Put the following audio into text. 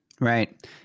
Right